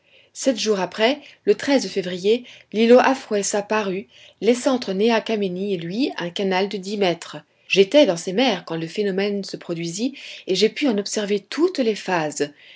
sept jours après le février l'îlot aphroessa parut laissant entre néa kamenni et lui un canal de dix mètres j'étais dans ces mers quand le phénomène se produisit et j'ai pu en observer toutes les phases